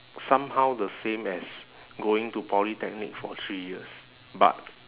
somehow the same as going to polytechnic for three years but